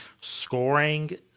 scoring